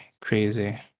crazy